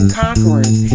conquerors